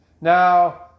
Now